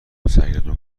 سگتون